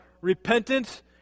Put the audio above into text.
repentance